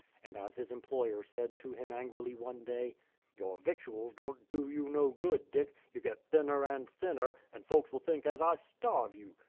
and as his employer said to him angrily one day your victuals don't do you no good, dick you get thinner and thinner, and folks will think as i starve you.